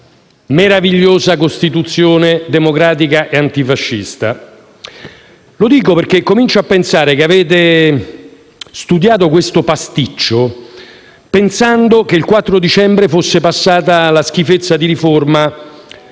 meravigliosa Costituzione democratica e antifascista. E lo dico perché comincio a pensare che avete studiato questo pasticcio pensando che il 4 dicembre scorso fosse passata la schifezza di riforma